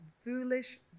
foolish